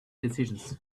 decisions